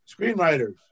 screenwriters